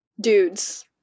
dudes